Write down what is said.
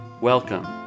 Welcome